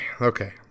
Okay